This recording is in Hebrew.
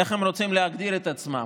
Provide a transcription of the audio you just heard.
איך הן רוצות להגדיר את עצמן: